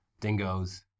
dingoes